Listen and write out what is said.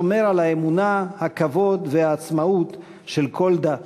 השומר על האמונה, הכבוד והעצמאות של כל דת.